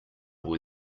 where